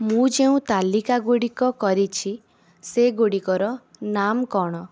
ମୁଁ ଯେଉଁ ତାଲିକାଗୁଡ଼ିକ କରିଛି ସେଗୁଡ଼ିକର ନାମ କ'ଣ